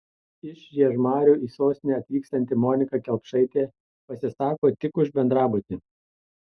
iš žiežmarių į sostinę atvykstanti monika kelpšaitė pasisako tik už bendrabutį